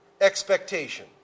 expectation